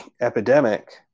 epidemic